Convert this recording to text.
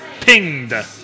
Pinged